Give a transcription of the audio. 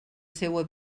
seua